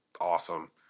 awesome